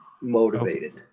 motivated